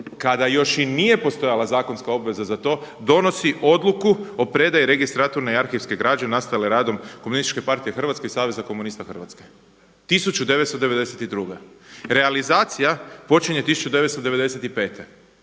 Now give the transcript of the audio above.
kada još i nije postojala zakonska obveza za to, donosi Odluku o predaji registraturne i arhivske građe nastale radom Komunističke partije Hrvatske i Saveza komunista Hrvatske, 1992. Realizacija počinje 1995.